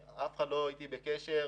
אף אחד לא בקשר אתי.